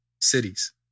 cities